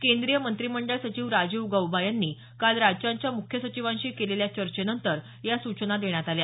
केंद्रीय मंत्रिमंडळ सचिव राजीव गौबा यांनी काल राज्यांच्या मुख्य सचिवांशी केलेल्या चर्चेनंतर या सूचना देण्यात आल्या